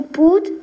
put